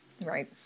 Right